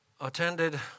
attended